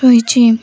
ରହିଛି